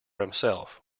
himself